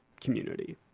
community